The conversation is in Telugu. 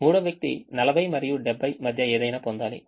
మూడవ వ్యక్తి 40 మరియు 70 మధ్య ఏదైనా పొందాలి